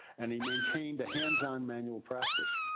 and he maintained a hands-on manual practice.